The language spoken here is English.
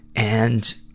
and,